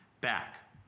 back